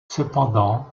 cependant